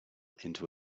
into